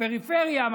הפריפריה,